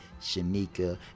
Shanika